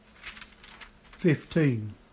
fifteen